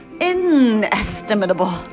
inestimable